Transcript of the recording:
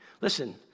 Listen